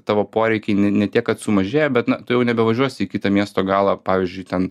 tavo poreikiai ne ne tiek kad sumažėja bet na tu jau nebevažiuosi į kitą miesto galą pavyzdžiui ten